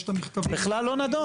יש המכתבים